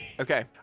Okay